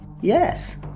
Yes